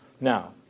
Now